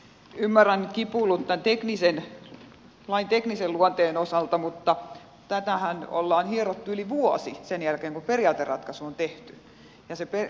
ymmärrän kipuilut vain teknisen luonteen osalta mutta tätähän ollaan hierottu yli vuosi sen jälkeen kun periaateratkaisu on tehty